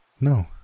No